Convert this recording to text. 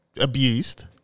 abused